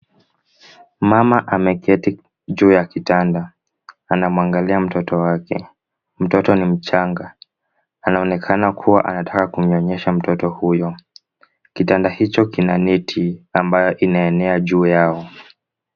Mama ameketi juu ya kitanda. Anamwangalia mtoto wake. Mtoto ni mchanga. Anaonekana kuwa anataka kumnyonyesha mtoto huyo. Kitanda hicho kina neti ambayo inaenea juu yao.